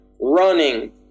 running